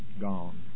gone